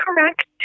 correct